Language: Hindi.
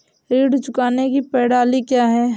ऋण चुकाने की प्रणाली क्या है?